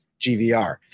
GVR